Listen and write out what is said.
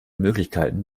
möglichkeiten